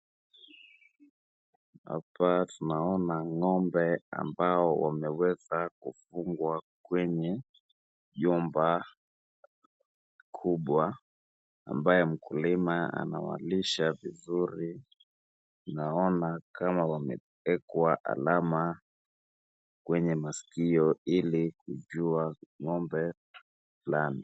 Hapa tunaona ng'ombe ambao wameweza kufungwa kwenye nyumba kubwa, ambayo mkulima anawalisha vizuri. Naona kama wamewekwa alama kwenye maskio ili kujua ng'ombe fulani.